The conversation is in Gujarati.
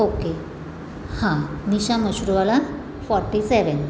ઓકે હા નિશા મશરૂવાલા ફોટી સેવેન